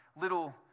little